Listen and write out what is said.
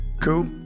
Cool